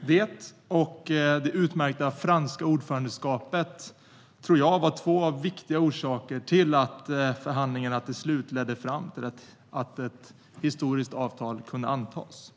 Detta och det utmärkta franska ordförandeskapet tror jag var två viktiga orsaker till att förhandlingarna till slut ledde fram till att ett historiskt avtal kunde tecknas.